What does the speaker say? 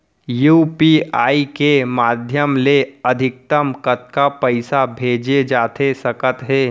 UPI के माधयम ले अधिकतम कतका पइसा भेजे जाथे सकत हे?